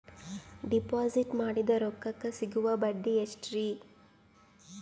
Deposit ಮಾಡಿದ ರೊಕ್ಕಕೆ ಸಿಗುವ ಬಡ್ಡಿ ಎಷ್ಟ್ರೀ?